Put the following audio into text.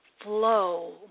flow